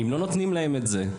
אם לא נותנים להם את זה,